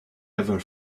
ever